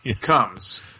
comes